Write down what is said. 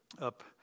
Up